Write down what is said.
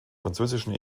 französischen